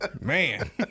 man